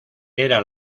era